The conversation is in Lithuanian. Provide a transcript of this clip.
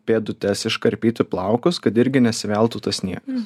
pėdutes iškarpyti plaukus kad irgi nesiveltų tas sniegas